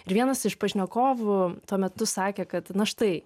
ir vienas iš pašnekovų tuo metu sakė kad na štai